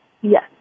Yes